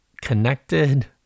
connected